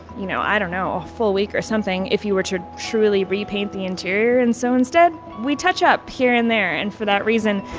you know i don't know, a full week or something if you were to truly repaint the interior. and so instead, we touch up here and there. and for that reason,